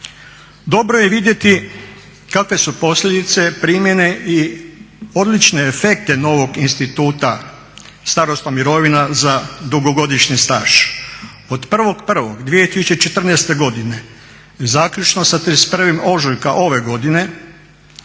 Dobro je vidjeti kakve su posljedice, primjene i odlične efekte novog instituta starosna mirovina za dugogodišnji staž. Od 1.1.2014.godine zaključno sa 31.ožujka ove godine